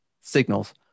signals